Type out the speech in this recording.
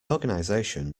organisation